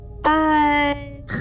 Bye